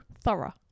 Thorough